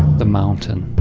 the mountain?